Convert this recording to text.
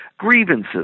Grievances